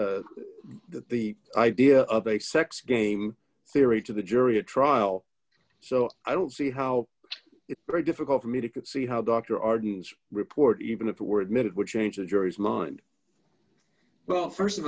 that the idea of a sex game theory to the jury a trial so i don't see how it very difficult for me to see how doctor arden's report even if it were admitted would change the jury's mind well st of